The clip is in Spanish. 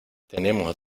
tenemos